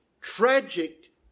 tragic